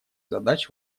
задач